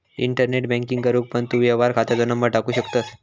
internet banking करूक पण तू व्यवहार खात्याचो नंबर टाकू शकतंस